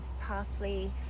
parsley